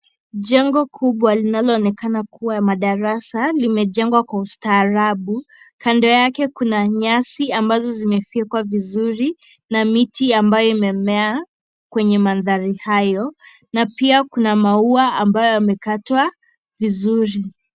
Jengo kubwa linaloonekana kuwa la madarasa limejengwa kwa ustaarabu, kando yake kuna nyasi ambazo zimefyekwa vizuri na miti ambayo imemea kwenye mandhari hayo na pia kuna maua ambayo yamekatwa vizuri.